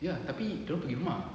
ya tapi dorang pergi rumah